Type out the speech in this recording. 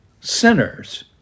sinners